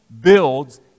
builds